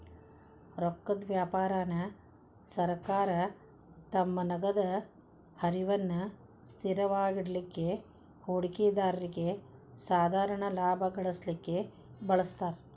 ರೊಕ್ಕದ್ ವ್ಯಾಪಾರಾನ ಸರ್ಕಾರ ತಮ್ಮ ನಗದ ಹರಿವನ್ನ ಸ್ಥಿರವಾಗಿಡಲಿಕ್ಕೆ, ಹೂಡಿಕೆದಾರ್ರಿಗೆ ಸಾಧಾರಣ ಲಾಭಾ ಗಳಿಸಲಿಕ್ಕೆ ಬಳಸ್ತಾರ್